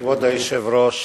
כבוד היושב-ראש,